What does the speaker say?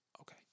Okay